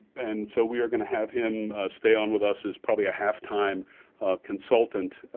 and so we are going to have him stay on with us as probably a half-time consultant,